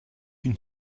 une